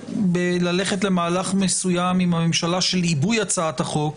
ללכת למהלך מסוים עם הממשלה של עיבוי הצעת החוק,